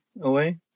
away